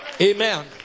Amen